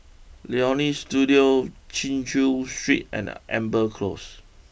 Leonie Studio Chin Chew Street and Amber close